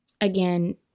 Again